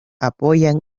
apoyan